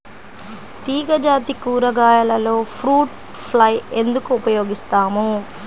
తీగజాతి కూరగాయలలో fruit fly ఎందుకు ఉపయోగిస్తాము?